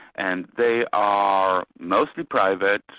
and they are mostly private,